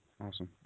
Awesome